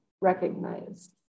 recognized